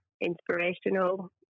inspirational